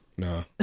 No